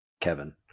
Kevin